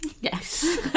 Yes